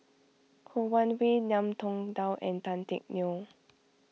Ho Wan Hui Ngiam Tong Dow and Tan Teck Neo